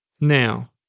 Now